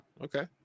Okay